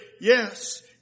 yes